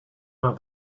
not